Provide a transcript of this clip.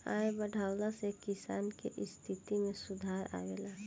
आय बढ़ला से किसान के स्थिति में सुधार आवेला